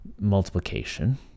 multiplication